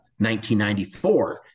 1994